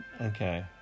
Okay